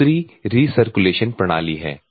दूसरी रीसर्कुलेशन प्रणाली है